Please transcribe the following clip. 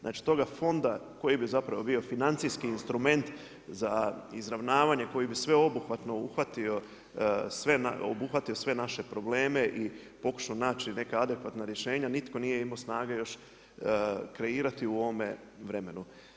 Znači toga fonda koji bi zapravo bio financijski instrument za izravnavanje koji bi sveobuhvatno obuhvatio sve naše probleme i pokušao naći neka adekvatna rješenja nitko nije imao snage još kreirati u ovome vremenu.